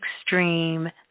extreme